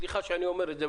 סליחה שאני אומר את זה.